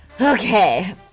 Okay